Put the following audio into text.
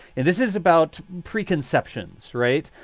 and this is about preconceptions. right.